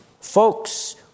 folks